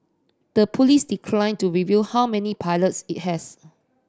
the police declined to reveal how many pilots it has